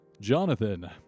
Jonathan